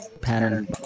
pattern